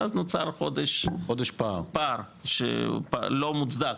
ואז נוצר חודש פער שהוא לא מוצדק,